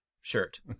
shirt